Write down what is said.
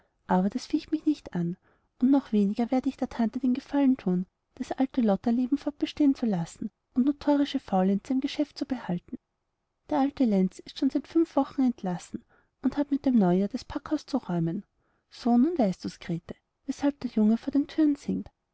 aber das ficht mich nicht an und noch weniger werde ich der tante den gefallen thun das alte lotterleben fortbestehen zu lassen und notorische faullenzer im geschäft zu behalten der alte lenz ist schon seit fünf wochen entlassen und hat mit neujahr das packhaus zu räumen so nun weißt du's grete weshalb der junge vor den thüren singt